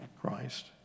Christ